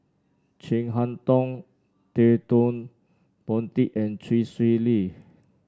Chin Harn Tong Ted De Ponti and Chee Swee Lee